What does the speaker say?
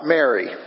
Mary